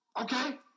Okay